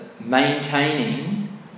maintaining